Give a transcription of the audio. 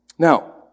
Now